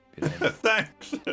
Thanks